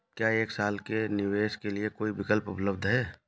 क्या एक साल के निवेश के लिए कोई विकल्प उपलब्ध है?